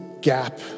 gap